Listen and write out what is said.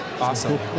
Awesome